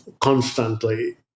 constantly